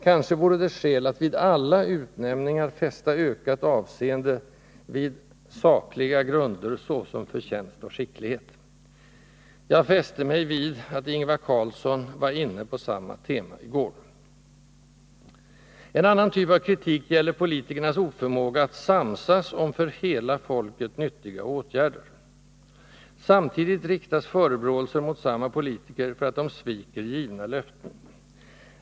Kanske vore det skäl att vid alla utnämningar fästa ökat avseende vid ”sakliga grunder såsom förtjänst och skicklighet”. Jag fäste mig vid att Ingvar Carlsson var inne på samma tema i går. En annan typ av kritik gäller politikernas oförmåga att samsas om för hela folket nyttiga åtgärder. Samtidigt riktas förebråelser mot samma politiker för att de sviker givna löften.